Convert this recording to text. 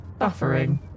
buffering